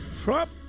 Trump